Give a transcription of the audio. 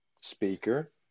speaker